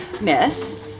Miss